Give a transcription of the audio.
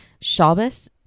Shabbos